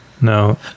no